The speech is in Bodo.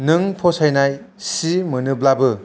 नों फसायनाय सि मोनोब्लाबो